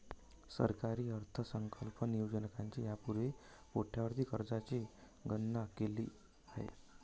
सरकारी अर्थसंकल्प नियोजकांनी यापूर्वीच कोट्यवधी कर्जांची गणना केली आहे